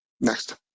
Next